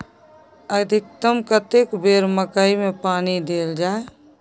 अधिकतम कतेक बेर मकई मे पानी देल जाय?